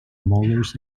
molars